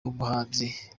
umuhinzi